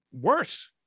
worse